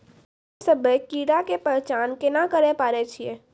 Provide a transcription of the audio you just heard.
हम्मे सभ्भे कीड़ा के पहचान केना करे पाड़ै छियै?